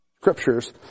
Scriptures